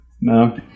No